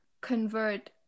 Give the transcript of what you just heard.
convert